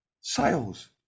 sales